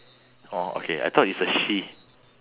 orh okay I thought it's a she